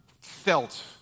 felt